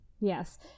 Yes